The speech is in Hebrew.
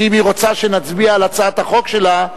ואם היא רוצה שנצביע על הצעת החוק שלה,